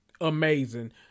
amazing